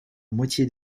moitié